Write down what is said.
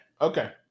Okay